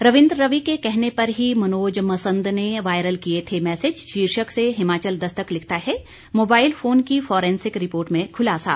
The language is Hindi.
रविंद्र रवि के कहने पर ही मनोज मसंद ने वायरल किये थे मैसेज शीर्षक से हिमाचल दस्तक लिखता है मोबाइल फोन की फॉरेंसिक रिपोर्ट से खुलासा